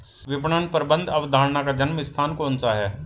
विपणन प्रबंध अवधारणा का जन्म स्थान कौन सा है?